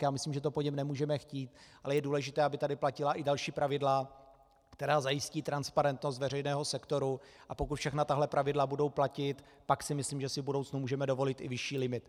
Já myslím, že to po něm nemůžeme chtít, ale je důležité, aby tady platila i další pravidla, která zajistí transparentnost veřejného sektoru, a pokud všechna tato pravidla budou platit, pak si myslím, že si v budoucnu můžeme dovolit i vyšší limit.